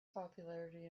popularity